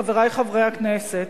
חברי חברי הכנסת,